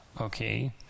okay